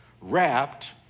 wrapped